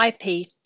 IP